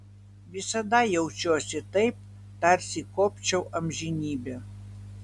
visada jaučiuosi taip tarsi kopčiau amžinybę